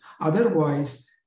Otherwise